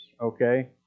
okay